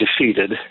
defeated